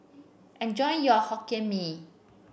enjoy your Hokkien Mee